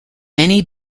many